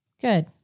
good